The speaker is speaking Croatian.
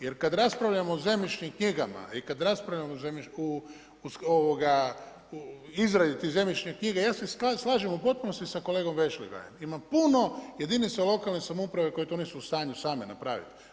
Jer kad raspravljamo o zemljišnim knjigama i kad raspravljamo o izradi tih zemljišnih knjiga ja se slažem u potpunosti sa Vešligajem, ima puno jedinica lokalne samouprave koje to nisu u stanju same napraviti.